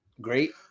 great